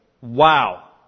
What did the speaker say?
Wow